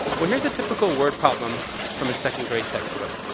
well, here's a typical word problem from a second grade text book.